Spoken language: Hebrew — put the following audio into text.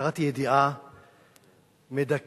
קראתי ידיעה מדכאת,